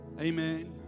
Amen